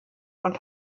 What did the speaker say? und